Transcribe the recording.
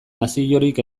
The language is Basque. naziorik